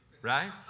Right